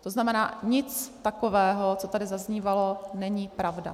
To znamená, nic takového, co tady zaznívalo, není pravda.